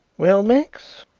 well, max?